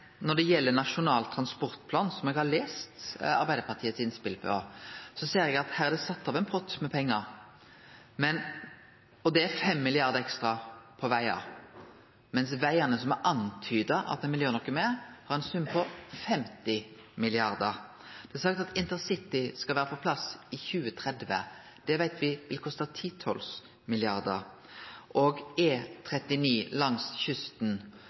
når det gjeld Nasjonal transportplan, som eg har lese Arbeidarpartiet sitt innspel til, så ser eg at her er det sett av ein pott med pengar. Og det er 5 mrd. kr ekstra på vegar, mens vegane som er antyda at ein vil gjere noko med, får ein sum på 50 mrd. kr. Det er sagt at InterCity skal vere på plass i 2030. Det veit me vil koste titals milliardar, og E39 langs kysten